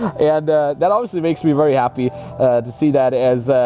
and that obviously makes me very happy to see that as,